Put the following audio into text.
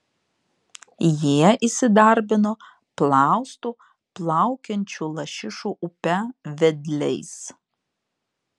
jie įsidarbino plaustų plaukiančių lašišų upe vedliais